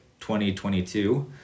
2022